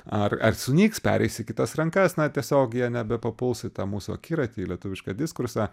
ar ar sunyks pereis į kitas rankas na tiesiog jie nebepapuls į tą mūsų akiratį lietuvišką diskursą